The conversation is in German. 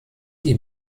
die